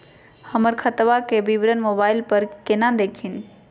हमर खतवा के विवरण मोबाईल पर केना देखिन?